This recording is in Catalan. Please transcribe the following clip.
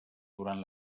durant